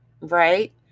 right